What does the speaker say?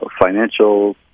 financial